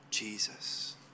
Jesus